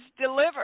delivered